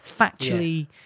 factually